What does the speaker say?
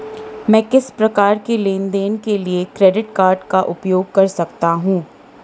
मैं किस प्रकार के लेनदेन के लिए क्रेडिट कार्ड का उपयोग कर सकता हूं?